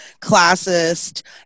classist